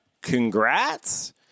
congrats